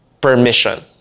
permission